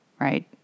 Right